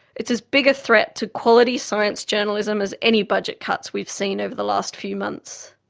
it's as big a threat to quality science journalism as any budget cuts we've seen over the last few months.